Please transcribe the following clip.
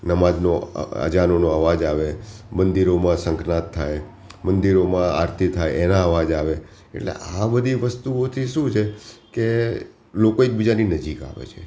નમાજનો અજાનોનો અવાજ આવે મંદિરોમાં શંખનાદ થાય મંદિરોમાં આરતી થાય એના અવાજ આવે એટલે આ બધી વસ્તુઓથી શું છે કે લોકો એકબીજાથી નજીક આવે છે